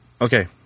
Okay